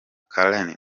karen